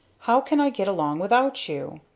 how can i get along without you?